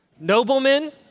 noblemen